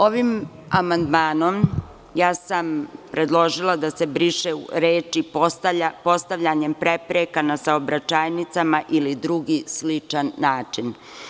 Ovim amandmanom sam predložila da se briše reči: „postavljanjem prepreka na saobraćajnicama ili drugi sličan način“